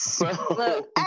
Look